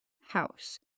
house